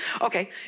Okay